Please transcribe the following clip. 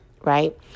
right